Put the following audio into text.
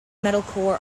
metalcore